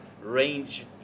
range